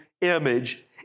image